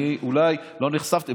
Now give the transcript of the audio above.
אני אולי לא נחשפתי,